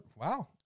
Wow